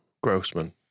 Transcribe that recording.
Grossman